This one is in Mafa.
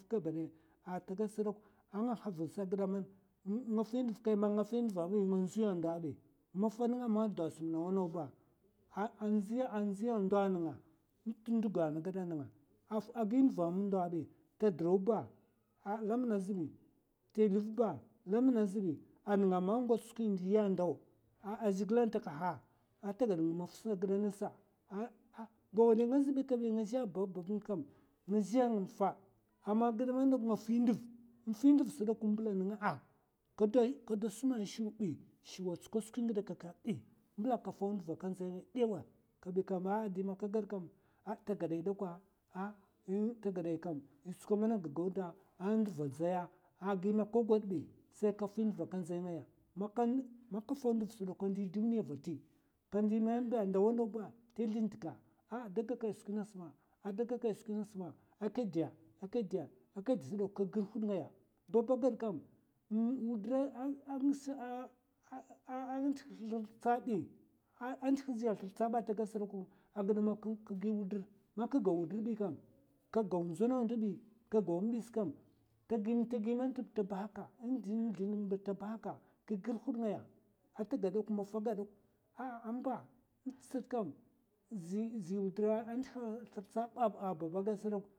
Maffa gaba ɓay atagaɓ se ɓok anga havnga, maffa nenga'a man n'ndo a huwa a huwa ba andziya a ndo a nenga'a n'te ndo ga ana gaɓa nenga agi nduva a ma ndo èi ta drau ba lamna azèi ta luv ba lamna azèay a nega man n'gots skwi ndiya a ndau a zhiglie atakaha atagaɓ maf sa, ba way nga azèi kaèi nga azhe a babbabnga nga kam ngaze nga mafa, fi nduv sekam kado shima a shim èi mbela amn ka fau nduva aka ndzay ngay ɓewa diman kagaɓ ka sai agiɓe man nga fi nduv man nga fi nduva èi nga ndziya ando èi se ɓok. sai n'fin ndav, man nga fi ndav azèay nga ndzi a ndo a èay, nte ndo ga ana gaɓa a nenga'a man ngots skwi ndi a ndau kleng, a zhigile a ntakaha, ba wayi nga azèay kabi nga zhe avatay. babba a gaɓ dok ziy ndo wudar a ndeha zlirtsa azbay agiɓe man ka gi wudar man kagi wudar aèi kam, ka gau ka gi huɓ nga amba ziy wudar andiha zlirtsa azèa babba a gaɓ se ɓok.